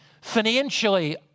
financially